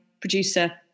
producer